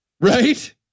Right